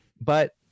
But-